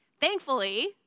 Thankfully